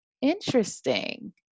Interesting